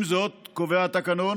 עם זאת קובע התקנון